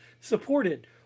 supported